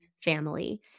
family